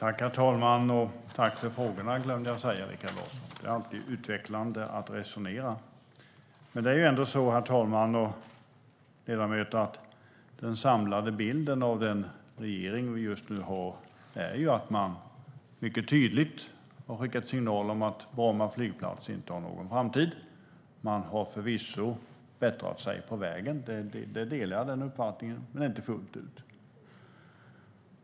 Herr talman! Tack för frågorna glömde jag att säga, Rikard Larsson. Det är alltid utvecklande att resonera. Herr talman och ledamöter! Den samlade bilden av den regering vi just nu har är att man mycket tydligt har skickat en signal om att Bromma flygplats inte har någon framtid. Man har förvisso bättrat sig på vägen - den uppfattningen delar jag - men inte fullt ut.